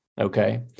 Okay